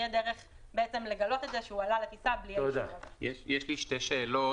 יהיה דרך לגלות את זה שהוא עלה לטיסה בלי האישור הזה.